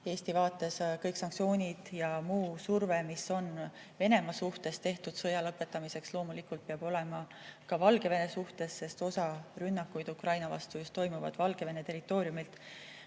Eesti vaates kõik sanktsioonid ja muu surve, mis on Venemaa vastu suunatud sõja lõpetamiseks, loomulikult peab olema ka Valgevene suhtes, sest osa rünnakuid Ukraina vastu pannakse toime Valgevene territooriumilt.